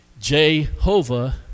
Jehovah